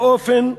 באופן הבא: